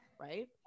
right